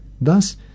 Thus